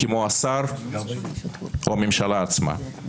כמו השר או הממשלה עצמה.